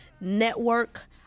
network